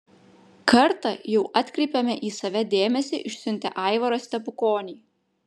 kartą jau atkreipėme į save dėmesį išsiuntę aivarą stepukonį